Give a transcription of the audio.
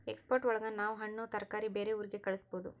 export ಒಳಗ ನಾವ್ ಹಣ್ಣು ತರಕಾರಿ ಬೇರೆ ಊರಿಗೆ ಕಳಸ್ಬೋದು